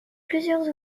plusieurs